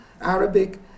Arabic